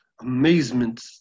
amazement